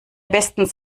bestens